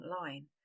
line